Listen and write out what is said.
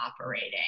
operating